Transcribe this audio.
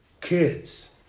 kids